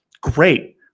great